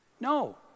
No